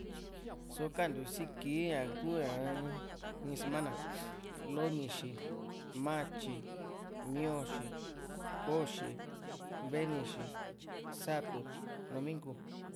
só ka´an ntiu si kii ña kuu ña in sumana lonixi matyi mioxi koxi venixi satu numingu